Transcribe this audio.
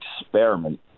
experiment